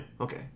Okay